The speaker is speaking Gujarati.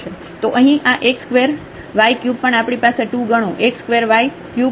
તો અહીં આx ² y ³ પણ આપણી પાસે 2 ગણો x ² y ³ છે